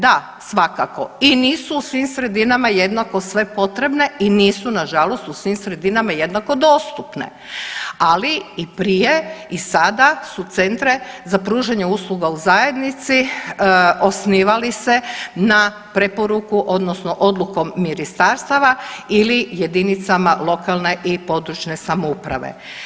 Da, svakako i nisu u svim sredinama jednako sve potrebne i nisu nažalost u svim sredinama jednako dostupne, ali i prije i sada su centre za pružanje usluga u zajednici osnivali se na preporuku odnosno odlukom ministarstava ili jedinicama lokalne i područne samouprave.